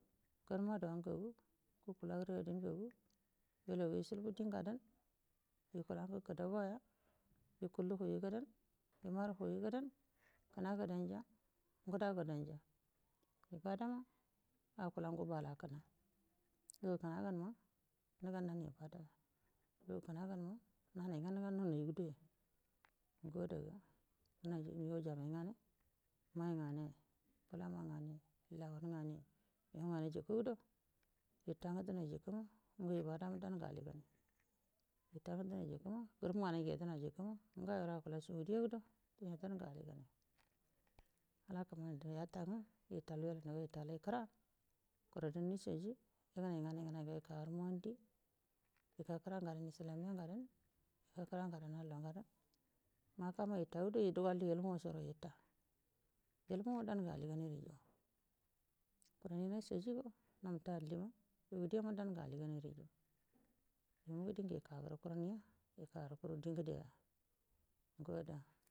Gan moda ngagu ecula nderi ada ngagu weclau ecilbu di ngadan ecula ngu kadabaya eculu hayja dan eculu kadabu ngadan ngudan gadan yo wa ibada ma aculanga bala lugu kiaagan acula lugu kinagan hinaine gudu haiya wute adega geji me go jamai ngami mai nganiyo bulama ngani ya lawan ngani yo aftigudo yitanigado gu enge ibadan aji awal gela fullango ilmuo, ilmonge alligan ani yedena getu ma yau de gudo yanudan, alla kimani dau yatange dau yetalai kira hiri die nicege ye yennu ngena ge yika kirangadan islamiyya yon yuka kiria ngadan alloyen makka ma yitai gudo dam gi yikoi ilmu mo alliy mini natai wudo saudiya ma alligon mini di gi yikan kurongo a kuru digedea.